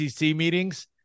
meetings